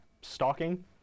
stalking